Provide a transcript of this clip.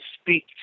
speak